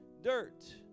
dirt